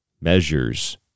measures